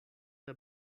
der